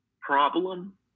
problem